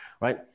right